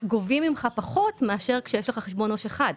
גובים ממך פחות מאשר כשיש לך חשבון עו"ש אחד.